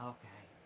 Okay